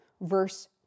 verse